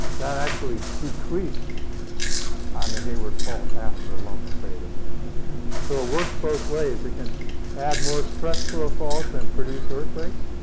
that actually decreased on the hayward fault after the loma prieta so it works both ways. it can add more stress to a fault and produce earthquakes,